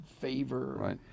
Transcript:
favor